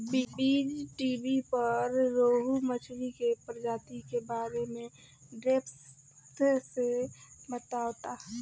बीज़टीवी पर रोहु मछली के प्रजाति के बारे में डेप्थ से बतावता